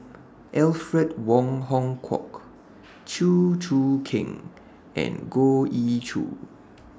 Alfred Wong Hong Kwok Chew Choo Keng and Goh Ee Choo